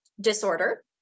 disorder